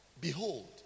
behold